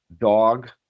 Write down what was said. dog